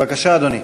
בבקשה, אדוני.